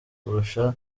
kurusha